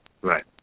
Right